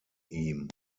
ihm